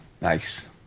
Nice